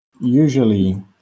usually